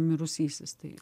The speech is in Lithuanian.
mirusysis tai